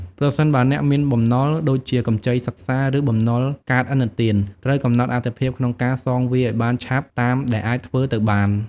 ប្រសិនបើអ្នកមានបំណុល ដូចជាកម្ចីសិក្សា ឬបំណុលកាតឥណទាន ត្រូវកំណត់អាទិភាពក្នុងការសងវាឱ្យបានឆាប់តាមដែលអាចធ្វើទៅបាន។